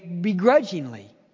begrudgingly